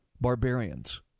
barbarians